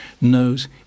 knows